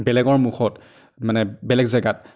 বেলেগৰ মুখত মানে বেলেগ জেগাত